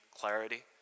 clarity